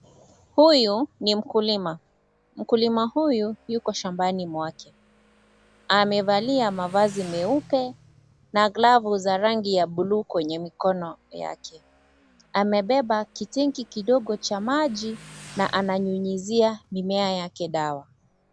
Huyu ni mkulima, mkulima huyu yuko shambani mwake, amevalia mavazi meupe na glavu za rangi ya bulu kwenye mikono yake, amebeba kitenki kidogo cha maji na ananyunyuzia mimea yake dawa.